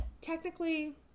technically